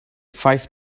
five